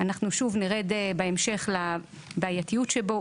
אנחנו שוב נרד בהמשך לבעייתיות שבו,